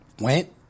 went